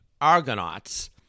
Argonauts